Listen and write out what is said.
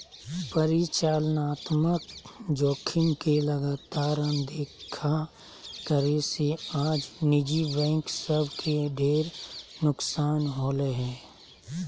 परिचालनात्मक जोखिम के लगातार अनदेखा करे से आज निजी बैंक सब के ढेर नुकसान होलय हें